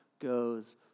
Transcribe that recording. goes